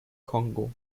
kongo